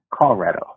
Colorado